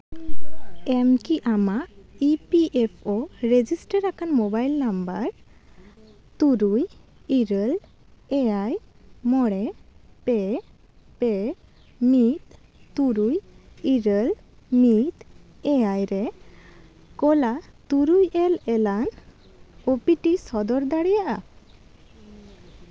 ᱤᱧ ᱠᱤ ᱟᱢᱟᱜ E P F O register ᱟᱠᱟᱱ ᱢᱳᱵᱟᱭᱤᱞ ᱱᱟᱢᱵᱟᱨ ᱛᱩᱨᱩᱭ ᱤᱨᱟᱹᱞ ᱮᱭᱟᱭ ᱢᱚᱬᱮ ᱯᱮ ᱯᱮ ᱢᱤᱫ ᱛᱩᱨᱩᱭ ᱤᱨᱟᱹᱞ ᱢᱤᱫ ᱮᱭᱟᱭ ᱨᱮ ᱠᱚᱞᱟ ᱛᱩᱨᱩᱭ ᱜᱮᱞ ᱮᱞᱟ ᱳᱯᱤᱴᱤ ᱥᱚᱫᱚᱨ ᱫᱟᱲᱮᱭᱟᱜᱼᱟ